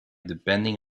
depending